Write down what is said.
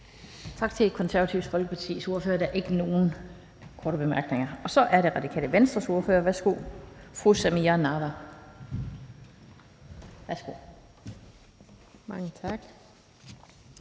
Tak til Det Konservative Folkepartis ordfører. Der er ikke nogen korte bemærkninger. Så er det Radikale Venstres ordfører, fru